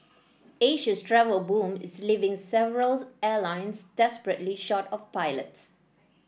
Asia's travel boom is leaving several airlines desperately short of pilots